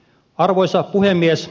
arvoisa puhemies